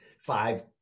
five